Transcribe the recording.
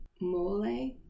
mole